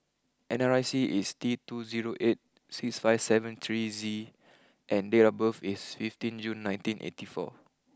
N R I C is T two zero eight six five seven three Z and date of birth is fifteen June nineteen eighty four